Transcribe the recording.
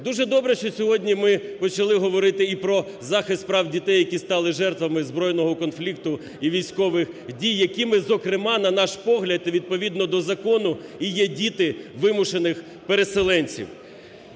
Дуже добре, що сьогодні ми почали говорити і про захист прав дітей, які стали жертвами збройного конфлікту і військових дій, якими зокрема, на наш погляд, і відповідно до закону і є діти вимушених переселенців.